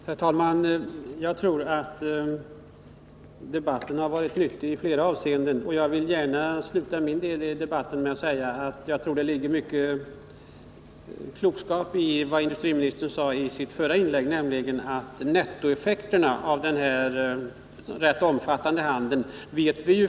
Herr talman! Jag tror att debatten har varit nyttig i flera avseenden och att industriministern har rätt i vad han sade i sitt förra inlägg, att vi inte vet mycket om vilka nettoeffekterna blir av denna rätt omfattande handel.